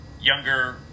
younger